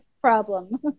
problem